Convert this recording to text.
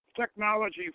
technology